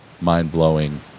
mind-blowing